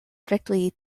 strictly